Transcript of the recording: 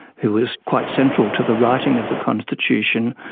who was quite central to the writing of the constitution,